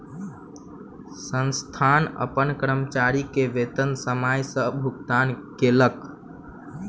संस्थान अपन कर्मचारी के वेतन समय सॅ भुगतान कयलक